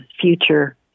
future